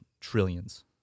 trillions